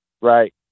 Right